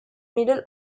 middle